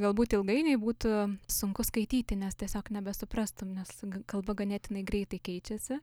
galbūt ilgainiui būtų sunku skaityti nes tiesiog nebesuprastum nes kalba ganėtinai greitai keičiasi